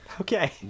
okay